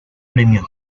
premios